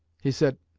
he said,